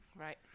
right